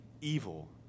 evil